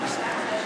עכשיו.